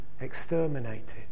exterminated